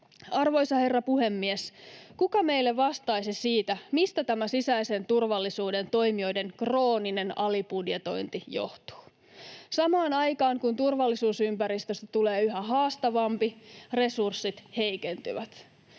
Arvoisa herra puhemies! Kuka meille vastaisi siitä, mistä tämä sisäisen turvallisuuden toimijoiden krooninen alibudjetointi johtuu? Samaan aikaan, kun turvallisuusympäristöstä tulee yhä haastavampi, resurssit heikentyvät.